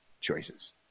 choices